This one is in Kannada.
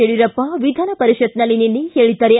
ಯಡಿಯೂರಪ್ಪ ವಿಧಾನಪರಿಷತ್ನಲ್ಲಿ ನಿನ್ನೆ ಹೇಳಿದ್ದಾರೆ